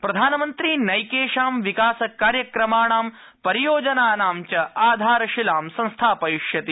प्रधानमन्त्री नैकेषां विकासकार्यक्रमाणां परियोजनानां च आधारशिलां संस्थापयिष्यति